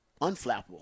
unflappable